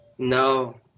no